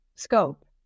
Scope